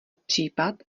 případ